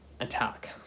attack